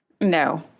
No